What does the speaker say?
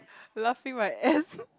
laughing my ass